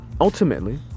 ultimately